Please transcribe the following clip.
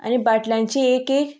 आनी बाटल्यांची एक एक